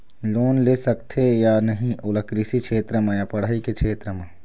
Loan ले सकथे या नहीं ओला कृषि क्षेत्र मा या पढ़ई के क्षेत्र मा?